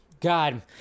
God